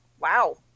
wow